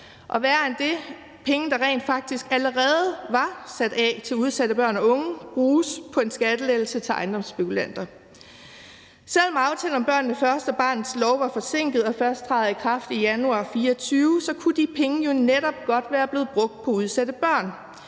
Og værre end det er det, at penge, der faktisk allerede var sat af til udsatte børn og unge, bruges på en skattelettelse til ejendomsspekulanter. Selv om aftalen »Børnene Først« og barnets lov var forsinket og først træder i kraft i januar 2024, kunne de penge jo godt være blevet brugt på udsatte børn.